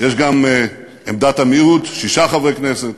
יש גם עמדת המיעוט, שישה חברי כנסת.